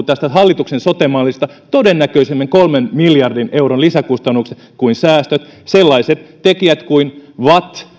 tästä hallituksen sote mallista aiheutuu todennäköisemmin kolmen miljardin euron lisäkustannukset kuin säästöt sellaiset tekijät kuin vatt